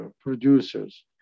producers